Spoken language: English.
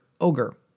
ogre